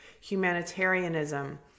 humanitarianism